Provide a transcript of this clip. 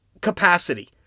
capacity